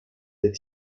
des